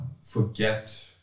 forget